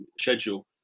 schedule